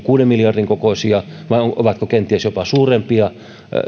kuuden miljardin kokoisia vai ovatko kenties jopa suurempia